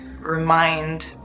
remind